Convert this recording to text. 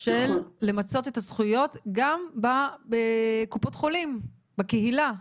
של למצות את הזכויות גם בקופות חולים, בקהילה.